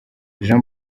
jean